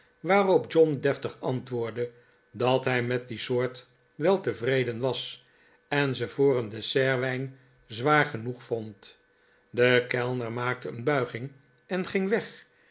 waarop john deftig antwoordde dat hij met die soort wel tevreden was en ze voor een dessertwijn zwaar genoeg vond de kellner maakte een bulging en ging weg